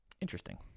Interesting